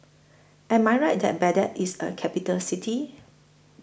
Am I Right that Baghdad IS A Capital City